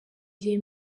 gihe